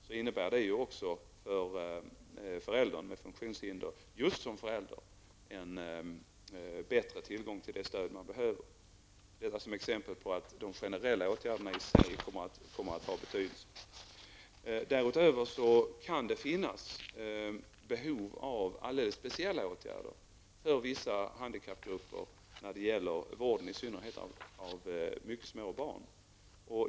Det innebär bl.a. för föräldrar med funktionshinder just som föräldrar en bättre tillgång till de stöd de behöver. Detta nämner jag som exempel på att de generella åtgärderna kommer att ha betydelse. Därutöver kan det finnas behov av alldeles speciella åtgärder för vissa handikappgrupper, i synnerhet när det gäller vården av mycket små barn.